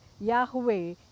Yahweh